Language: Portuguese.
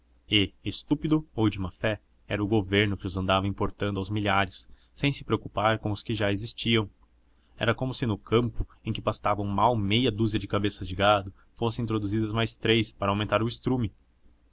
e estúpido ou de má fé era o governo que os andava importando aos milhares sem se preocupar com os que já existiam era como se no campo em que pastavam mal meia dúzia de cabeças de gado fossem introduzidas mais três para aumentar o estrume